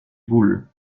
boules